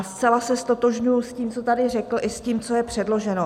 Zcela se ztotožňuji s tím, co tady řekl, i s tím, co je předloženo.